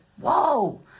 whoa